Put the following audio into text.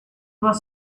was